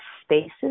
spaces